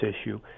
issue